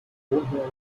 telefonhörer